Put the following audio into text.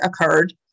occurred